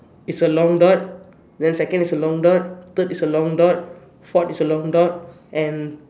it's a long dot then second is a long dot third is a long dot forth is a long dot and